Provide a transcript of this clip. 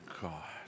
God